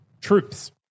troops